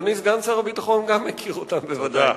אדוני סגן שר הביטחון גם מכיר אותם בוודאי.